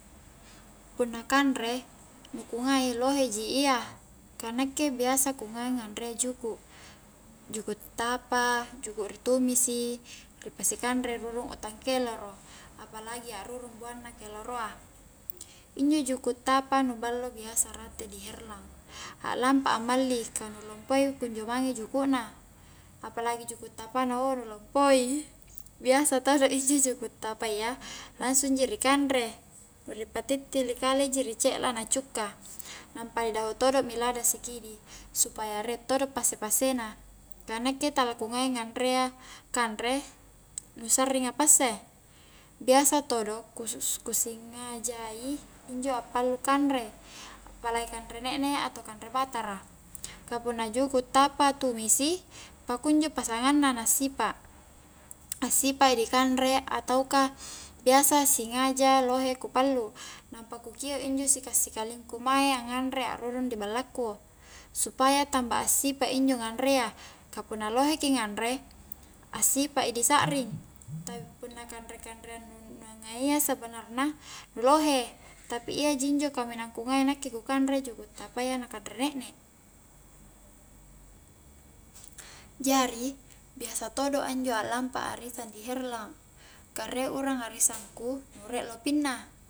Punna kanre ku ngai lohe ji iya ka nakke biasa ku ngai nganrea juku', juku' tapa, juku' ri tumisi, ri pasi kanre rurung utang keloro apalagi a'rurung buanna keloro a injo juku' tapa nu ballo biasa rate di herlang a'lampa a malli ka nu lompoi kunjo mange juku' na, apalagi juku' tapa na ou nu lompoi biasa todo injo juku' tapa iya langsung ji ri kanre nu li patittili kale ji ri ce'la na cukka nampa ni dahu todo mi lada sikidi supaya rie todo passe-passe na ka nakke tala ku ngai nganrea kanre nu sarring a passe, biasa todo ku-kusingajai injo appalu kanre apalagi kanre ne'ne atau kanre batara ka punna juku tapa tumisi, pakunjo pasangang na na sipa' assipa' i dikanre atau ka biasa singaja lohe ku pallu nampa ku kio injo sika-sikalingku mae anganre a'rurung ri ballaku, supaya tamba assipa' injo nganrea, ka punna loheki nganre assipa' i di sakring tapi punna kanre-kanreang nu anggaia sebenarna nu lohe tapi iya ji injo kaminang kungaia nakke ku kanre juku' tapa iya na kanre ne'ne jari biasa todo' a injo lampa a arisang di herlang ka rie urang arisang ku nu riek lopinna